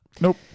Nope